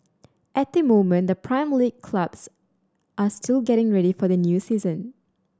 at the moment the Prime League clubs are still getting ready for their new season